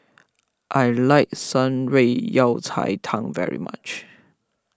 I like Shan Rui Yao Cai Tang very much